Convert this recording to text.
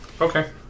Okay